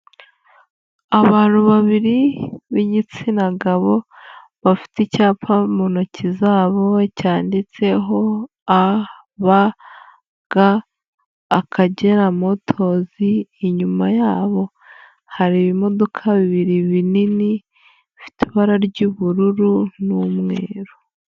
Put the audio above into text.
Abantu babiri b'igitsina gabo bafite icyapa mu ntoki zabo cyanditseho, ABG Akagera motozi inyuma yabo hari ibimodoka bibiri binini bifite ibara ry'ubururu n'umweru.